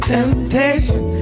Temptation